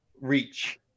reach